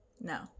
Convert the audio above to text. No